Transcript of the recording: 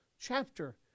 chapter